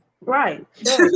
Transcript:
Right